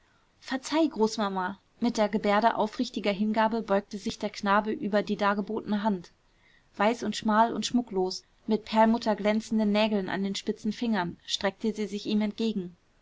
verzeih großmama mit der gebärde aufrichtiger hingabe beugte sich der knabe über die dargebotene hand weiß und schmal und schmucklos mit perlmutterglänzenden nägeln an den spitzen fingern streckte sie sich ihm entgegen